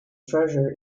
treasure